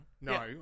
No